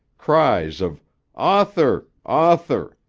cries of author! author!